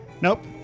Nope